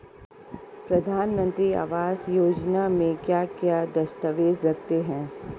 प्रधानमंत्री आवास योजना में क्या क्या दस्तावेज लगते हैं?